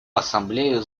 ассамблею